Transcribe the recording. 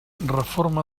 reforma